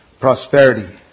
prosperity